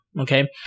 okay